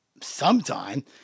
sometime